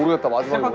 but the last one?